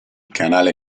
canale